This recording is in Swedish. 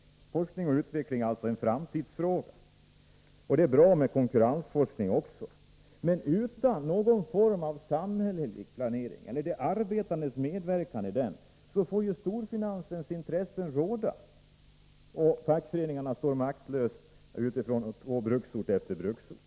Forskning och utveckling är en framtidsfråga, och det är bra med konkurrensforskning, men utan någon form av samhällelig planering eller medverkan från de arbetande i den får storfinansens intressen råda, och fackföreningarna ställs maktlösa på bruksort efter bruksort.